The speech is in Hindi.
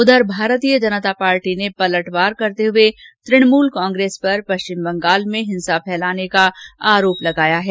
उधर भारतीय जनता पार्टी ने पलटवार करते हुए तृणमूल कांग्रेस पर पश्चिम बंगाल में हिंसा फैलाने का आरोप लगाया है